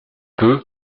peu